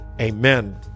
Amen